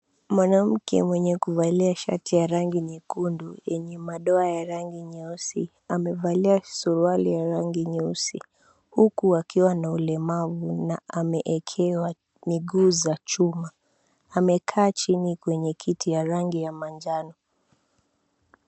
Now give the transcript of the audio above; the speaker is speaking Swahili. Mwanamke mwenye kuvalia shati ya rangi nyekundu, vyenye madoa ya rangi nyeusi, amevalia suruali ya rangi nyeusi, huku akiwa na ulemavu na ameekewa miguu za chuma. Amekaa chini kwenye kiti ya rangi ya manjano.